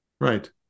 right